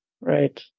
Right